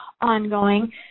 ongoing